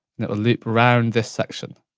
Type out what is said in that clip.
and it will loop round this section.